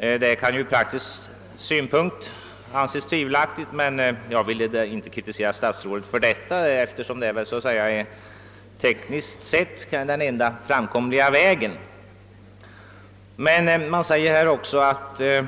Det kan ju ur praktisk synpunkt anses vara ett tvivelaktigt tillvägagångssätt, men jag vill inte kritisera statsrådet för detta, eftersom det tekniskt är den enda framkomliga vägen. Emellertid skall